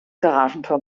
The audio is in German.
garagentor